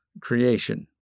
creation